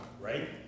right